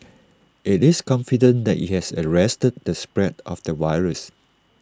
IT is confident that IT has arrested the spread of the virus